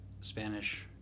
Spanish